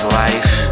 life